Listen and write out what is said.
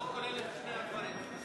הצעת החוק כוללת את שני הדברים,